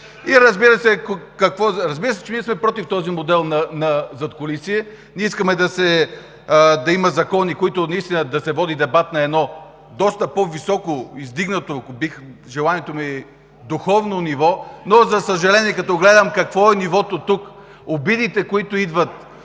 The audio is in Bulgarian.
Разбира се, че ние сме против този модел на задкулисие. Искаме да има закони, по които наистина да се води дебат – на едно доста по-високо издигнато, желанието ми е духовно ниво, но, за съжаление, като гледам какво е нивото тук, обидите, които идват